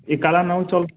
यह काला नाउ चावल